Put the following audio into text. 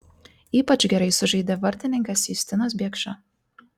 ypač gerai sužaidė vartininkas justinas biekša